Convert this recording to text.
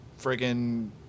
friggin